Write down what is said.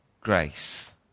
grace